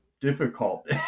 difficult